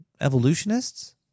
evolutionists